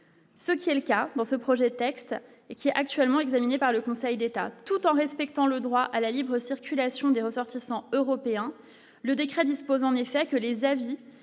Ce qui est le cas dans ce projet de texte et qui est actuellement examiné par le Conseil d'État, tout en respectant le droit à la libre circulation des ressortissants européens, le décret dispose en effet que les avis